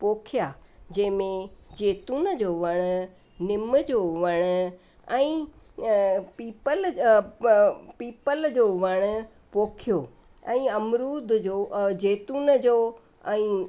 पोखियां जंहिंमें जैतून जो वणु नीम जो वणु ऐं पीपल पीपल जो वणु पोखियो ऐं अमरूद जो जैतून जो ऐं